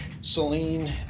Celine